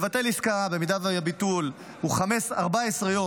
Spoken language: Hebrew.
הוא מאפשר לבטל עסקה במידה והביטול הוא 14 יום